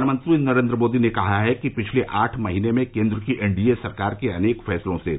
प्रधानमंत्री नरेन्द्र मोदी ने कहा है कि पिछले आठ महीने में केन्द्र की एन डी ए सरकार के अनेक फैसलों से